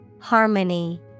Harmony